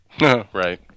Right